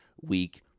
week